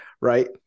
right